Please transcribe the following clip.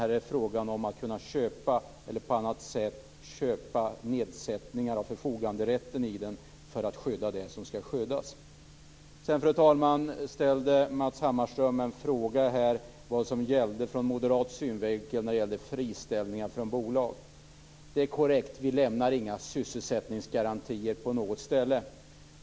Här är det fråga om att kunna köpa nedsättningar av förfoganderätten i den för att skydda det som skall skyddas. Sedan, fru talman, frågade Matz Hammarström vad som gäller från moderat synvinkel angående friställningar från bolag. Det är korrekt, vi lämnar inga sysselsättningsgarantier på något ställe.